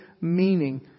meaning